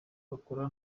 bakora